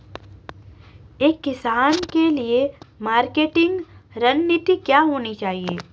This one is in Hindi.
एक किसान के लिए मार्केटिंग रणनीति क्या होनी चाहिए?